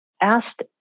asked